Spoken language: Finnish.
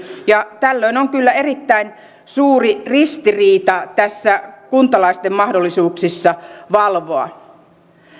ja tällöin on kyllä erittäin suuri ristiriita kuntalaisten mahdollisuuksissa valvoa